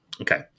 Okay